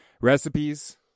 Recipes